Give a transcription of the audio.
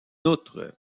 outre